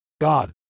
God